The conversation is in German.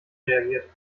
reagiert